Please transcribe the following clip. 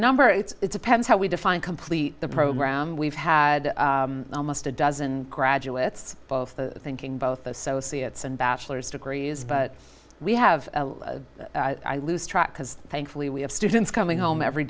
number it's a pen is how we define complete the program we've had almost a dozen graduates thinking both associates and bachelor's degrees but we have i lose track because thankfully we have students coming home every